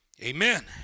Amen